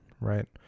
right